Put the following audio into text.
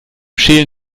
schälen